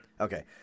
Okay